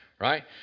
right